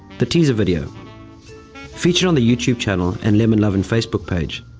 the teaser video featured on the youtube channel and lemon lovin' facebook page,